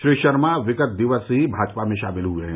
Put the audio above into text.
श्री शर्मा विगत दिवस ही भाजपा में शामिल हुए हैं